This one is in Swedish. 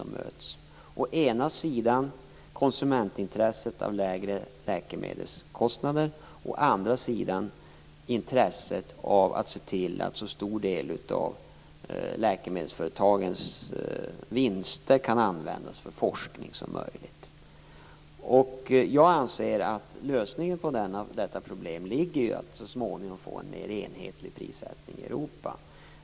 Det gäller å ena sidan konsumenternas intresse av lägre läkemedelskostnader, å andra sidan intresset av att så stor del som möjligt av läkemedelsföretagens vinster kan användas för forskning. Jag anser att lösningen på detta problem ligger i att vi så småningom får en mer enhetlig prissättning i Europa.